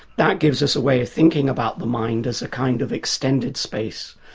that gives us a way of thinking about the mind as a kind of extended space.